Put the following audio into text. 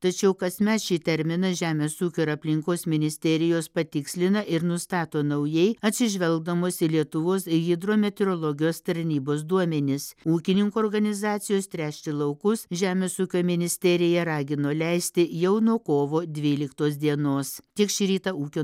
tačiau kasmet šį terminą žemės ūkio ir aplinkos ministerijos patikslina ir nustato naujai atsižvelgdamos į lietuvos hidrometeorologijos tarnybos duomenis ūkininkų organizacijos tręšti laukus žemės ūkio ministeriją ragino leisti jau nuo kovo dvyliktos dienos tiek šį rytą ūkio